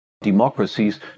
democracies